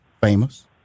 famous